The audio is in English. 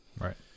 Right